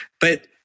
But-